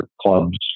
clubs